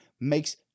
makes